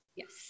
Yes